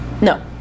No